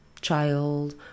child